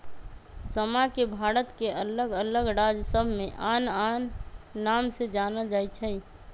समा के भारत के अल्लग अल्लग राज सभमें आन आन नाम से जानल जाइ छइ